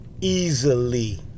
Easily